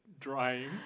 Drying